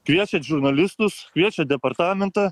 kviečiat žurnalistus kviečiat departamentą